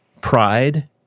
pride